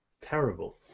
terrible